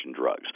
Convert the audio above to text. drugs